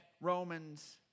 Romans